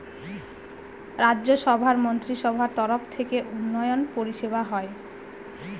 রাজ্য সভার মন্ত্রীসভার তরফ থেকে উন্নয়ন পরিষেবা হয়